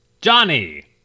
Johnny